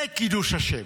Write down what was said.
זה קידוש השם.